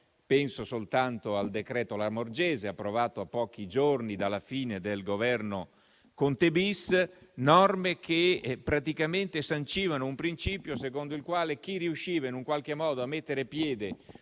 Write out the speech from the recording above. penso soltanto al cosiddetto decreto Lamorgese, approvato a pochi giorni dalla fine del Governo Conte-*bis* - che praticamente sancivano un principio secondo il quale chi riusciva in qualche modo a mettere piede